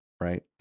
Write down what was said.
right